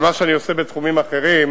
על מה שאני עושה בתחומים אחרים,